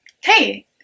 Hey